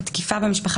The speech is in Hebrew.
התקיפה במשפחה.